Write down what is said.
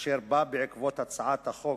אשר בא בעקבות הצעת החוק"